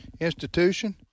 institution